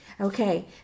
Okay